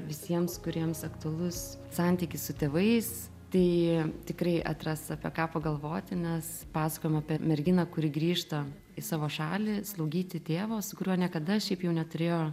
visiems kuriems aktualus santykis su tėvais tai tikrai atras apie ką pagalvoti nes pasakojama apie merginą kuri grįžta į savo šalį slaugyti tėvo su kuriuo niekada šiaip jau neturėjo